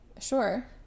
sure